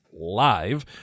live